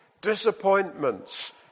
disappointments